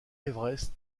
everest